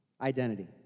identity